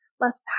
less